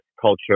culture